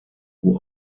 who